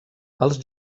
els